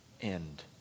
end